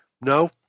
No